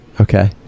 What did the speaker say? Okay